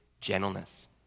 gentleness